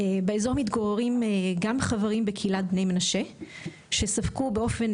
באזור מתגוררים גם חברים בקהילת בני מנשה שספגו באופן